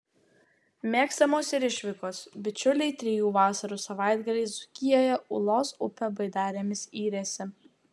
mėgstamos ir išvykos bičiuliai trijų vasarų savaitgaliais dzūkijoje ūlos upe baidarėmis yrėsi